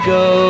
go